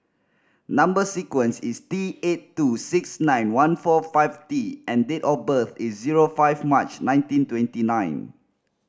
number sequence is T eight two six nine one four five T and date of birth is zero five March nineteen twenty nine